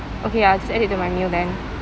okay I'll just add it to my meal then